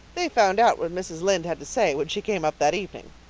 they found out what mrs. lynde had to say when she came up that evening.